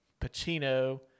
Pacino